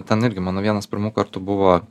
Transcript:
ten irgi mano vienas pirmų kartų buvo